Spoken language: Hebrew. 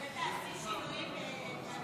ולכן,